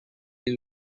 you